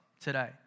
today